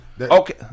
Okay